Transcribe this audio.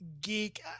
Geek